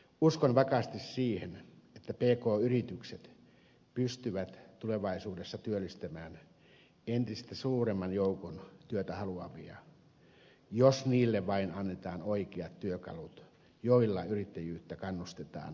uskon vakaasti siihen että pk yritykset pystyvät tulevaisuudessa työllistämään entistä suuremman joukon työtä haluavia jos niille vain annetaan oikeat työkalut joilla yrittäjyyttä kannustetaan kasvuun